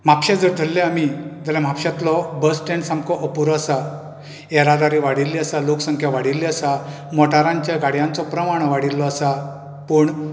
म्हापश्या जर थरले आमी जाल्यार म्हापश्यातलो बसस्टेंड सामको अपूरो आसा येरादारी वाडिल्ली आसा लोकसंख्या वाडिल्ली आसा मोटारांचो गाडयांचो प्रमाण वाडिल्लो आसा पूण